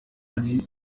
hari